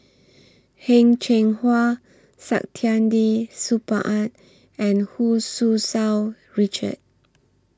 Heng Cheng Hwa Saktiandi Supaat and Hu Tsu Tau Richard